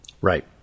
Right